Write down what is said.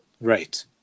right